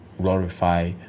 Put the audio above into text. glorify